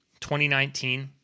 2019